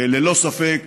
ללא ספק.